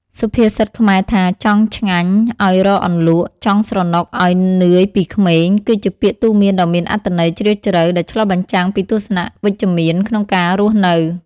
សុភាសិតខ្មែរថា "ចង់ឆ្ងាញ់ ឲ្យរកអន្លក់ / ចង់ស្រណុកឲ្យនឿយពីក្មេង" គឺជាពាក្យទូន្មានដ៏មានអត្ថន័យជ្រាលជ្រៅដែលឆ្លុះបញ្ចាំងពីទស្សនៈវិជ្ជមានក្នុងការរស់នៅ។